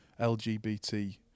LGBT